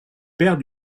père